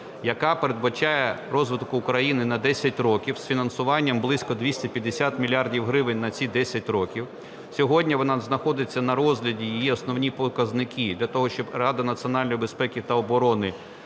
яка передбачає розвиток України на 10 років з фінансуванням близько 250 мільярдів гривень на ці 10 років. Сьогодні вона знаходиться на розгляді, її основні показники, для того щоб Рада національної безпеки та оборони